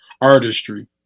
artistry